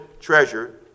treasure